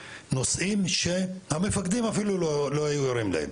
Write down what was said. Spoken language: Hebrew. נושאים שהמפקדים אפילו לא היו ערים להם.